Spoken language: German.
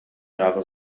jahre